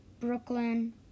Brooklyn